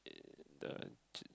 the J~